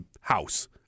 house